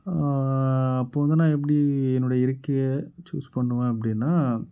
அப்போது வந்து நான் எப்படி என்னுடைய இருக்கையை சூஸ் பண்ணுவேன் அப்படின்னா